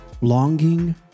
longing